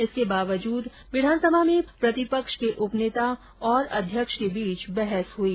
इसके बावजूद इसमें प्रतिपक्ष के उपनेता और अध्यक्ष के बीच बहस हुई